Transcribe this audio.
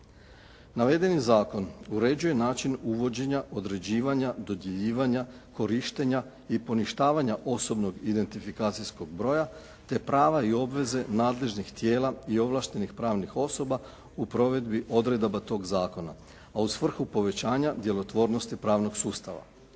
Navedeni zakon uređuje način uvođenja, određivanja, dodjeljivanja, korištenja i poništavanja osobnog identifikacijskog broja te prava i obveze nadležnih tijela i ovlaštenih pravnih osoba u provedbi odredaba tog zakona, a u svrhu povećanja djelotvornosti pravnog sustava.